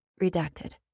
Redacted